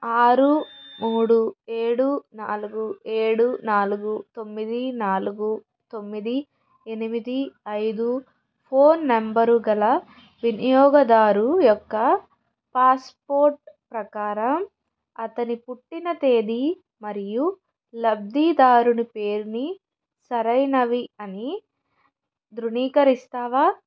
ఆరు మూడు ఏడు నాలుగు ఏడు నాలుగు తొమ్మిది నాలుగు తొమ్మిది ఎనిమిది ఐదు ఫోన్ నంబరు గల వినియోగదారు యొక్క పాస్పోర్ట్ ప్రకారం అతని పుట్టిన తేది మరియు లబ్ధీదారుని పేరుని సరైనవి అని ధృనీకరిస్తావా